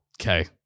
Okay